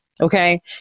okay